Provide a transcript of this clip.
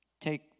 take